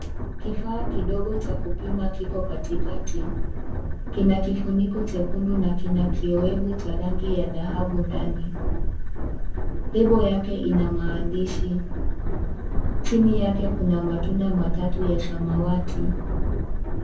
Kifaa kidogo cha kupima kiko katikati kina kifuniko chekundu na kina kiowevu cha rangi ya dhahabu ndani, lebo yake ina maandishi chini yake kuna matunda matatu ya samawati.